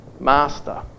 Master